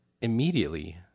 immediately